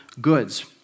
goods